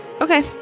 Okay